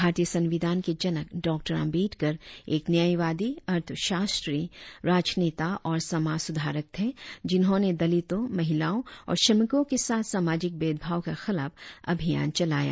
भारतीय संविधान के जनक डॉक्टर आम्बेडकर एक न्यायवादी अर्थशास्त्री राजनेता और समाज सुधारक थे जिन्होंने दलितों महिलाओं और श्रमिकों के साथ सामाजिक भेदभाव के खिलाफ अभियान चलाया